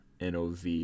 NOV